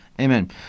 Amen